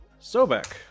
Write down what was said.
Sobek